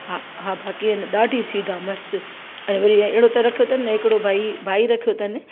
हा हा बाक़ी आहे न ॾाढी सुविधा मस्तु ऐं वरी अहिड़ो तरीक़े रखियो अथनि न हिकिड़ो भई भाई रखियो अथनि